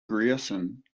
grierson